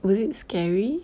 was it scary